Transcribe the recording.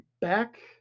back